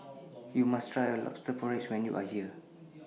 YOU must Try Lobster Porridge when YOU Are here